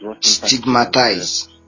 Stigmatize